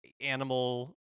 animal